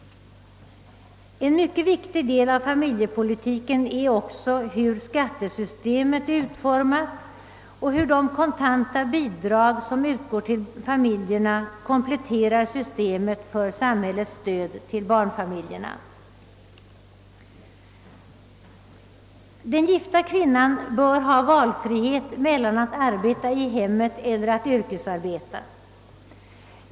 En mycket viktig del av familjepolitiken är också hur skattesystemet är utformat och hur de kontanta bidrag som utgår till familjerna kompletterar systemet för samhällets stöd till barnfamiljerna. Den gifta kvinnan bör ha frihet att välja mellan att arbeta i hemmet och att yrkesarbeta.